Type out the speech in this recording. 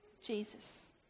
Jesus